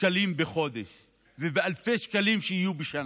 שקלים בחודש ובאלפי שקלים שיהיו בשנה.